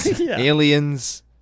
Aliens